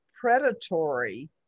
predatory